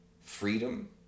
freedom